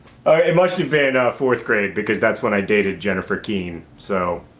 it must've been, ah, fourth grade, because that's when i dated jennifer keane. so.